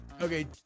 okay